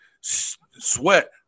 sweat